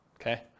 Okay